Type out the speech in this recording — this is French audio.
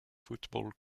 football